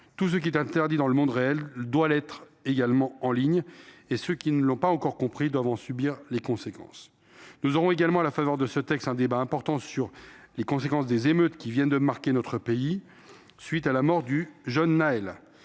tout ce qui est interdit dans le monde réel l’est aussi en ligne, et ceux qui ne l’ont pas encore compris doivent en subir les conséquences. Nous aurons également, à la faveur de ce texte, un débat important sur les émeutes qui ont marqué notre pays depuis la mort du jeune Nahel.